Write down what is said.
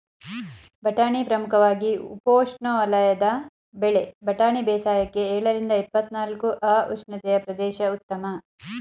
ಬಟಾಣಿ ಪ್ರಮುಖವಾಗಿ ಉಪೋಷ್ಣವಲಯದ ಬೆಳೆ ಬಟಾಣಿ ಬೇಸಾಯಕ್ಕೆ ಎಳರಿಂದ ಇಪ್ಪತ್ನಾಲ್ಕು ಅ ಉಷ್ಣತೆಯ ಪ್ರದೇಶ ಉತ್ತಮ